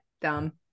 dumb